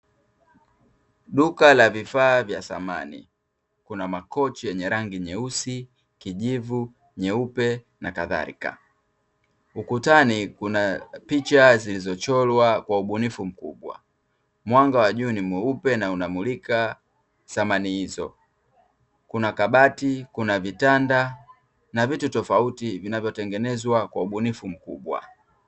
Duka la vifaa vya samani, kuna makochi yenye rangi nyeusi, kijivu, nyeupe na kadhalika; Ukutani kuna picha zilizochora kwa ubunifu mkubwa, mwanga wa juu ni mweupe na unamulika samani hizo, kuna kabati, kuna vitanda na vitu tofauti vinavyotengenezwa kwa ubunifu mkubwa.